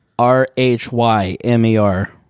r-h-y-m-e-r